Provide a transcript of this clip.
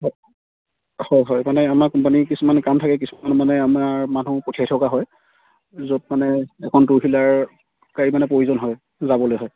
হ হয় হয় মানে আমাৰ কোম্পানীৰ কিছুমান কাম থাকে কিছুমান মানে আমাৰ মানুহ পঠিয়াই থকা হয় য'ত মানে এখন টু হুইলাৰ গাড়ীৰ মানে প্ৰয়োজন হয় যাবলৈ হয়